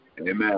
Amen